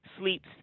sleeps